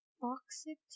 toxic